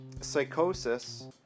psychosis